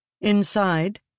Inside